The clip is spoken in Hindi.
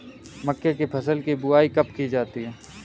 मक्के की फसल की बुआई कब की जाती है?